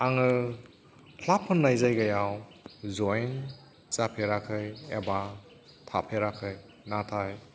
आङो क्लाब होननाय जायगायाव जयेन जाफेराखै एबा थाफेराखै नाथाय